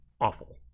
awful